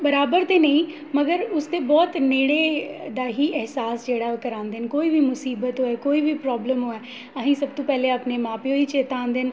बराबर ते नेईं मगर उसदे बहुत नेड़े दा ई अहसास जेह्ड़ा ऐ ओह् करांदे न कोई बी मसीबत होए कोई बी प्राब्लम होए अ'सें ई सब तों पैह्लें अपने मां प्यो ई चेत्ता औंदे न